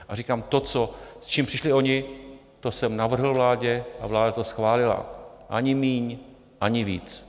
A říkám, s čím přišli oni, to jsem navrhl vládě a vláda to schválila, ani míň, ani víc.